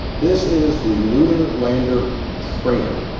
this is the lunar lander trainer.